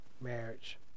marriage